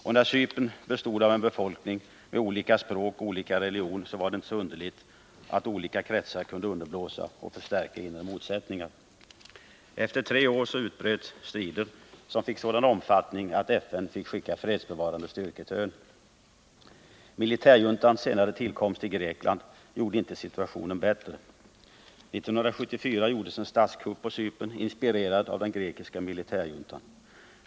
Och då Cypern bestod av en befolkning med olika språk och olika religion var det 81 inte så underligt att olika kretsar kunde underblåsa och förstärka inre motsättningar. Efter tre år utbröt strider som fick en sådan omfattning att FN fick skicka fredsbevarande styrkor till ön. Militärjuntans senare tillkomst i Grekland gjorde inte situationen bättre. 1974 gjordes en statskupp på Cypern inspirerad av den grekiska militärjuntan.